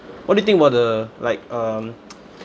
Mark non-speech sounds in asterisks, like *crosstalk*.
what do you think about the like um *noise*